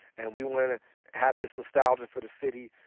and we want to have this nostalgia for the city,